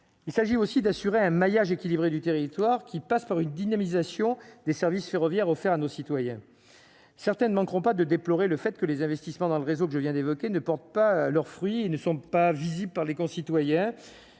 il s'agit aussi d'assurer un maillage équilibré du territoire, qui passe par une dynamisation des services ferroviaires offert à nos citoyens certaines manqueront pas de déplorer le fait que les investissements dans le réseau que je viens d'évoquer ne portent pas leurs fruits ne sont pas visibles par les concitoyens